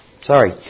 Sorry